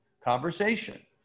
conversation